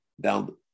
down